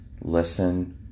listen